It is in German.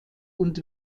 und